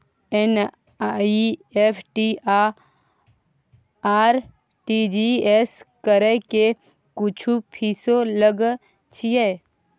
NEFT आ RTGS करै के कुछो फीसो लय छियै?